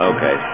Okay